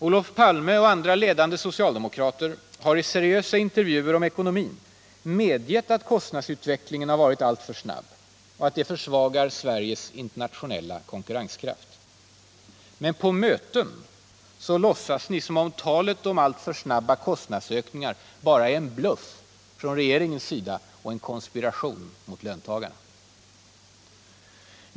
Olof Palme och andra ledande socialdemokrater har i seriösa intervjuer om ekonomin medgett att kostnadsutvecklingen har varit alltför snabb och att det försvagar Sveriges internationella konkurrenskraft. Men på möten låtsas ni som om talet om alltför snabba kostnadsökningar bara är en bluff av regeringen och en konspiration mot löntagarna.